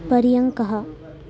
पर्यङ्कः